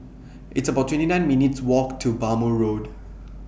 It's about twenty nine minutes' Walk to Bhamo Road